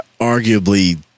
Arguably